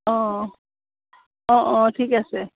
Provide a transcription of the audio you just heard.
অঁ অঁ অঁ ঠিক আছে